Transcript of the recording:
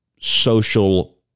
social